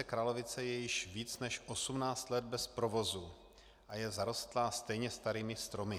Kralovice je již více než 18 let bez provozu a je zarostlá stejně starými stromy.